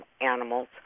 animals